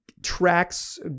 Tracks